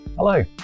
Hello